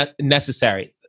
necessary